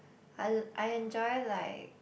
I I enjoy like